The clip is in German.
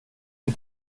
für